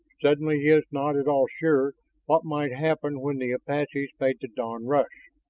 suddenly he was not at all sure what might happen when the apaches made that dawn rush.